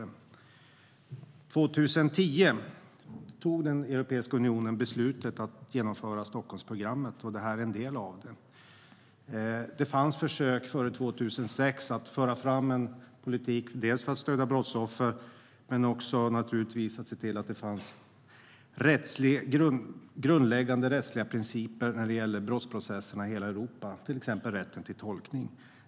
År 2010 fattade Europeiska unionen beslutet att genomföra Stockholmsprogrammet, och detta är en del av det. Det gjordes försök före 2006 att föra fram en politik dels för att stödja brottsoffer, dels för att se till att det fanns grundläggande rättsliga principer när det gäller brottsprocesserna i hela Europa, till exempel rätten till tolkning.